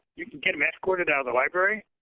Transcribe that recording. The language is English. you can get them escorted out of the library.